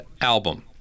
album